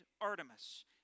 Artemis